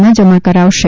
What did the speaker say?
માં જમા કરાવશે